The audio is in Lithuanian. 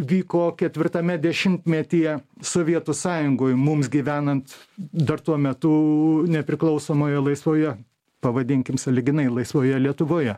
vyko ketvirtame dešimtmetyje sovietų sąjungoj mums gyvenant dar tuo metu nepriklausomoje laisvoje pavadinkim sąlyginai laisvoje lietuvoje